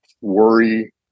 worry